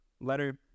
Letter